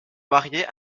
marié